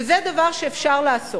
וזה דבר שאפשר לעשות.